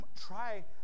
try